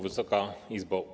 Wysoka Izbo!